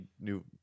new